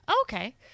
Okay